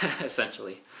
essentially